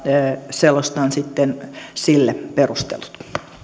selostan sille perustelut